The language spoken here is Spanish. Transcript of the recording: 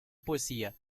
poesía